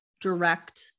direct